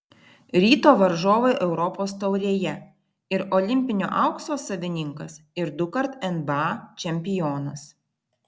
ryto varžovai europos taurėje ir olimpinio aukso savininkas ir dukart nba čempionas